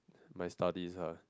my studies ah